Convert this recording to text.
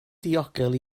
ddiogel